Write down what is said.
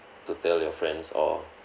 to tell your friends or